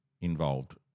involved